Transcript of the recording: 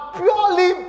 purely